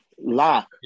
Lock